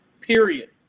period